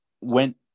went